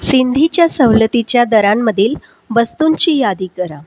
सिंधीच्या सवलतीच्या दरांमधील वस्तूंची यादी करा